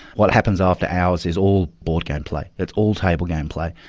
what happens after hours is all board game play, it's all table game play.